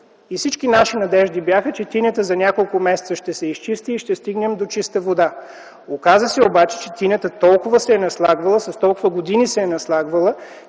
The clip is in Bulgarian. Всички наши надежди бяха, че тинята за няколко месеца ще се изчисти и ще стигнем до чистата вода. Оказа се, обаче че тинята толкова се е наслагвала, с толкова години се е наслагвала,